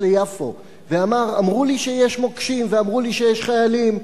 ליפו ואמר: אמרו לי שיש מוקשים ואמרו לי שיש חיילים,